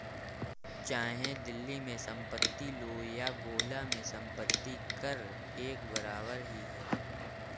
चाहे दिल्ली में संपत्ति लो या गोला में संपत्ति कर एक बराबर ही है